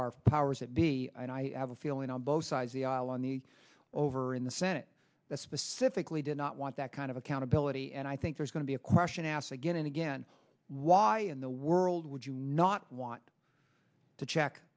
are powers that be and i have a feeling on both sides the aisle on the over in the senate that specifically did not want that kind of accountability and i think there's going to be a question asked again and again why in the world would you not want to check